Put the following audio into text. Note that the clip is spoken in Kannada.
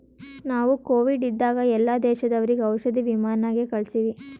ನಾವು ಕೋವಿಡ್ ಇದ್ದಾಗ ಎಲ್ಲಾ ದೇಶದವರಿಗ್ ಔಷಧಿ ವಿಮಾನ್ ನಾಗೆ ಕಳ್ಸಿವಿ